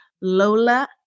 Lola